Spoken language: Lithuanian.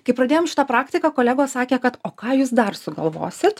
kai pradėjom šitą praktiką kolegos sakė kad o ką jūs dar sugalvosit